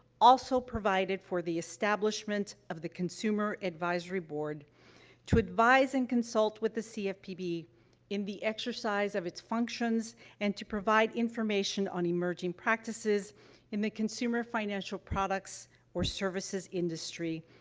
also provided for the establishment of the consumer advisory board to advise and consult with the cfpb in the exercise of its functions and to provide information on emerging practices in the consumer financial products or services industry,